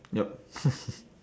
yup